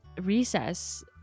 recess